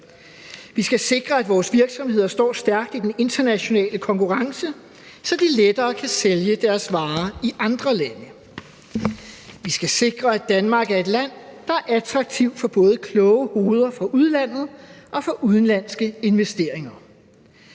Vi skal sikre, at vores virksomheder står stærkt i den internationale konkurrence, så de lettere kan sælge deres varer i andre lande. Vi skal sikre, at Danmark er et land, der er attraktivt for både kloge hoveder fra udlandet og for udenlandske investeringer.